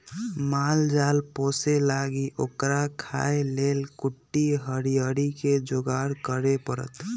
माल जाल पोशे लागी ओकरा खाय् लेल कुट्टी हरियरी कें जोगार करे परत